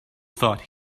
thought